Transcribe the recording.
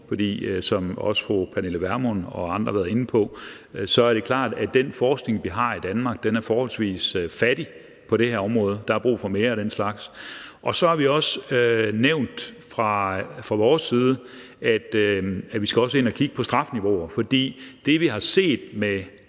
for som også fru Pernille Vermund og andre har været inde på, er det klart, at den forskning, vi har i Danmark, er forholdsvis fattig på det her område. Der er brug for mere af den slags. Så har vi også nævnt fra vores side, at vi også skal ind at kigge på strafniveauerne. For det, vi har set, med